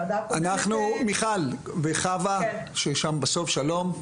מיכל וחווה שלום,